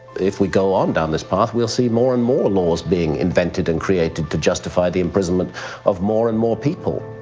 if we go on down this path, we'll see more and more laws being invented and created to justify the imprisonment of more and more people.